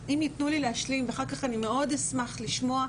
אחר כך אני מאוד אשמח לשמוע,